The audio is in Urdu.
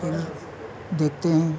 پھر دیکھتے ہیں